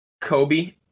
Kobe